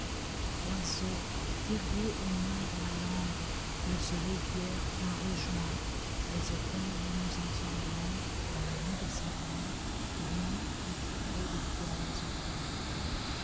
oiseaux tiriez aux mers la langue le soleil d'hier m'a rejoint les otelles nous ensanglantent dans le nid des sirènes loin du troupeau d'étoiles oblongues